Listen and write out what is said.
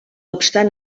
obstant